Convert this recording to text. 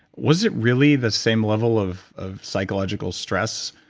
was it really the same level of of psychological stress?